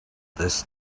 this